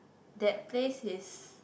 that place is